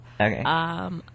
Okay